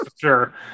sure